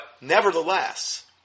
nevertheless